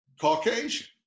Caucasian